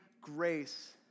grace